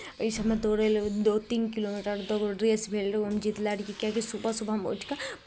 एहि सभमे दौड़य लए दू तीन किलोमीटर दौड़ रेस भेल रहै ओहिमे जितने रहियै किएकि सुबह सुबहमे उठि कऽ